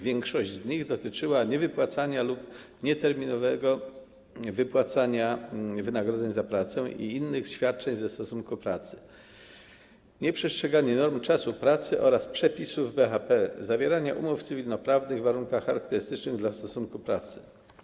Większość z nich dotyczyła niewypłacania lub nieterminowego wypłacania wynagrodzeń za pracę i innych świadczeń ze stosunku pracy, nieprzestrzegania norm czasu pracy oraz przepisów BHP, zawierania umów cywilnoprawnych w warunkach charakterystycznych dla stosunku pracy.